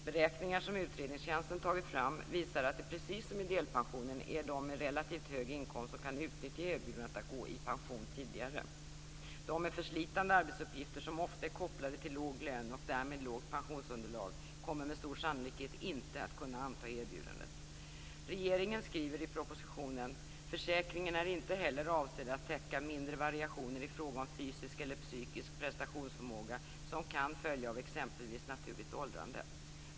Beräkningar som utredningstjänsten tagit fram visar att det, precis som i delpensionen, är de med relativt hög inkomst som kan utnyttja erbjudandet att gå i pension tidigare. De med förslitande arbetsuppgifter, som ofta är kopplade till låg lön och därmed lågt pensionsunderlag, kommer med stor sannolikhet inte att kunna anta erbjudandet. Regeringen skriver i propositionen: Försäkringen är inte heller avsedd att täcka mindre variationer i fråga om fysisk eller psykisk prestationsförmåga som kan följa av exempelvis naturligt åldrande.